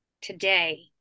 today